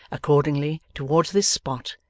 accordingly, towards this spot,